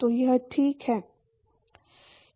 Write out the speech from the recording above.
तो यह ठीक है